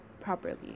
properly